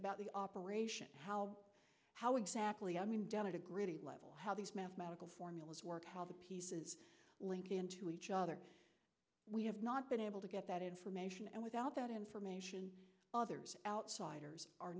about the operation how how exactly i mean denigrated level how these mathematical formulas work how the pieces link into each other we have not been able to get that information and without that information others outsiders are